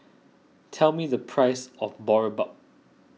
tell me the price of Boribap